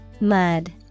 Mud